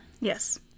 Yes